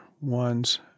ones